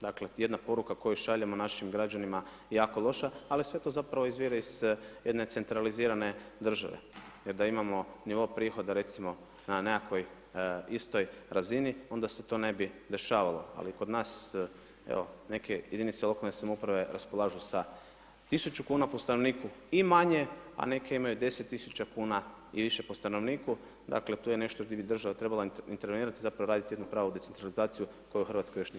Dakle, jedna poruka koju šaljemo našim građanima je jako loša ali sve to zapravo izvire iz jedne centralizirane države jer da imamo nivo prihoda recimo na nekakvoj istoj razini onda se to ne bi dešavalo, ali kod nas evo neke jedinice lokalne samouprave raspolažu sa 1.000 kuna po stanovniku i manje, a neke imaju 10.000 kuna i više po stanovniku, dakle tu je nešto gdje bi država trebala intervenirati i zapravo radit jednu pravu decentralizaciju koju Hrvatska još nije